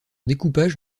découpage